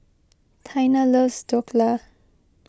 Taina loves Dhokla